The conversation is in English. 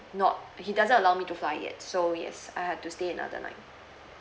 not he doesn't allow me to fly yet so yes I had to stay another night